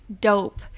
dope